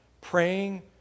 praying